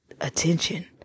attention